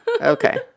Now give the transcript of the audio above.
okay